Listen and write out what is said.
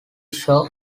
show